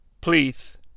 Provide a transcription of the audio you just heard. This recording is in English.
Please